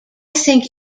think